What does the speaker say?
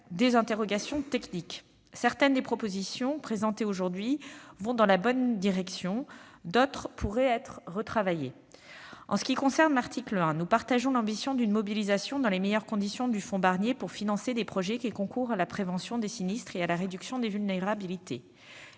des interrogations techniques. Certaines vont dans la bonne direction, mais d'autres pourraient être retravaillées. S'agissant de l'article 1, nous partageons l'ambition d'une mobilisation dans les meilleures conditions du fonds Barnier pour financer des projets concourant à la prévention des sinistres et à la réduction des vulnérabilités.